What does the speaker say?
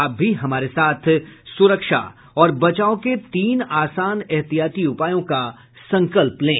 आप भी हमारे साथ सुरक्षा और बचाव के तीन आसान एहतियाती उपायों का संकल्प लें